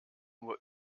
nur